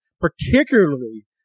particularly